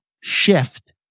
shift